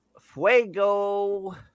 Fuego